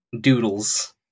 doodles